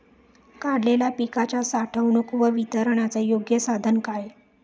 काढलेल्या पिकाच्या साठवणूक व वितरणाचे योग्य साधन काय?